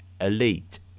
elite